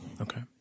Okay